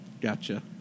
Gotcha